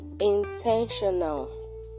intentional